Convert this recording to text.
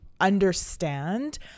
understand